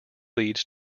leads